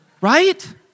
Right